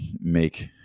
make